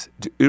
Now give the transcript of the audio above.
de